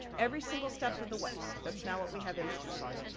every single step of the way. that's now what we have instituted.